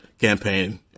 campaign